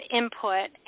input